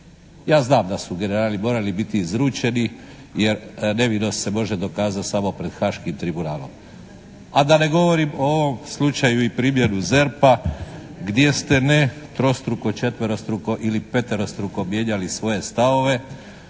Ja znam da su generali morali biti izručeni jer nevinost se može dokazati samo pred Haškim Tribunalom. A da ne govorim o ovom slučaju i primjeru ZERP-a gdje ste ne trostruko, četverostruko ili peterostruko mijenjali svoje stavove